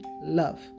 love